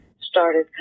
started